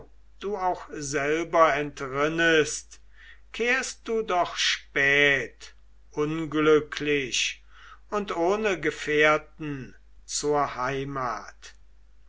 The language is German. du selber entrinnest wirst du doch spät unglücklich und ohne gefährten zur heimat